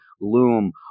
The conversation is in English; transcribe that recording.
loom